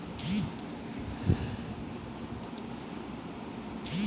बीमा की कौन कौन सी कंपनियाँ हैं?